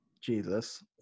Jesus